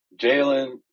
Jalen